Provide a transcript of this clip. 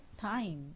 time